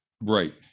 Right